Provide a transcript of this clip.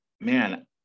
man